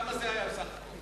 כמה זה היה צריך להיות?